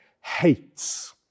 hates